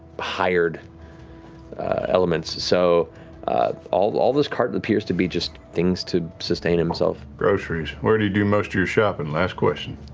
hired elements, so all all this cart and appears to be just things to sustain himself. travis groceries. where do you do most of your shopping? last question.